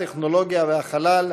הטכנולוגיה והחלל,